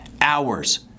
hours